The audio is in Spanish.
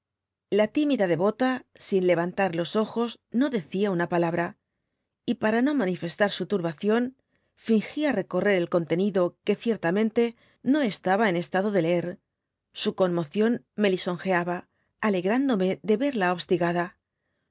la tímida devota sin levantar los ojos no decia una pajabra y para no manifestar su turbación fíngia recorrer el contenido que ciertamente nb estaba en estado de leer su conmoción me lisonjeaba alegrándome de verla obstigada